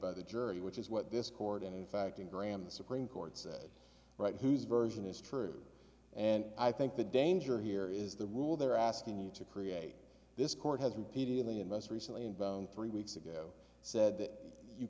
by the jury which is what this court in fact in graham the supreme court said right who's version is true and i think the danger here is the rule they're asking you to create this court has repeatedly and most recently in bone three weeks ago said that you